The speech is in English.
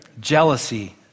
jealousy